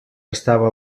estava